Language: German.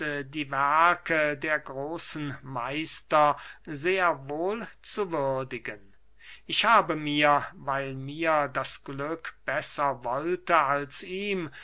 die werke der großen meister sehr wohl zu würdigen ich habe mir weil mir das glück besser wollte als ihm